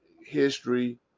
history